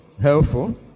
helpful